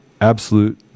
absolute